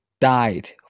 died